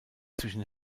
zwischen